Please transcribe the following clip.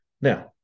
Now